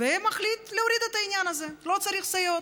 ומחליט להוריד את העניין הזה, לא צריך סייעות.